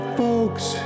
folks